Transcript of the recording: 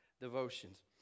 devotions